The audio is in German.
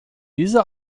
diese